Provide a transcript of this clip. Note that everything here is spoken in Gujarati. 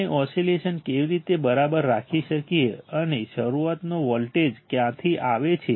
આપણે ઓસિલેશન કેવી રીતે બરાબર રાખી શકીએ અને શરૂઆતનો વોલ્ટેજ ક્યાંથી આવે છે